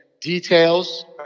Details